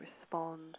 respond